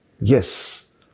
Yes